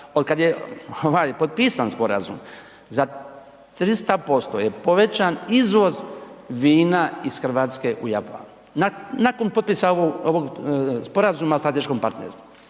Od kad je ovaj potpisan sporazum za 300% je povećan izvoz vina iz Hrvatske u Japan. Nakon potpisa ovog sporazuma o strateškom partnerstvu,